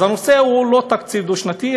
אז הנושא הוא לא תקציב דו-שנתי,